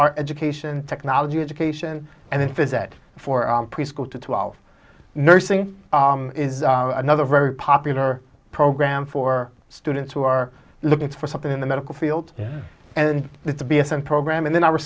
our education technology education and if is it for preschool to twelve nursing is another very popular program for students who are looking for something in the medical field and it's a b s and program and then our